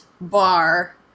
bar